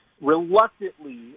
Reluctantly